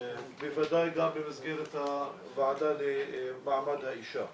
בוודאי גם במסגרת הוועדה למעמד האישה,